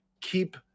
keep